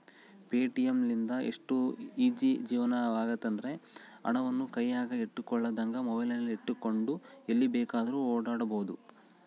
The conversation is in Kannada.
ಪೆಟಿಎಂ ಲಿಂದ ಎಷ್ಟು ಈಜೀ ಜೀವನವಾಗೆತೆಂದ್ರ, ಹಣವನ್ನು ಕೈಯಗ ಇಟ್ಟುಕೊಳ್ಳದಂಗ ಮೊಬೈಲಿನಗೆಟ್ಟುಕೊಂಡು ಎಲ್ಲಿ ಬೇಕಾದ್ರೂ ಓಡಾಡಬೊದು